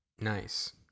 Nice